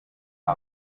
how